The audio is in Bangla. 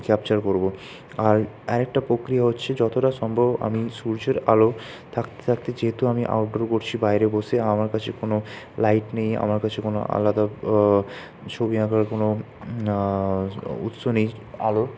ক্যাপচার করব আর আরেকটা প্রক্রিয়া হচ্ছে যতটা সম্ভব আমি সূর্যের আলো থাকতে থাকতে যেহেতু আমি আউটডোর করছি বাইরে বসে আমার কাছে কোনও লাইট নেই আমার কাছে কোনও আলাদা ছবি আঁকার কোন উৎস নেই আলোর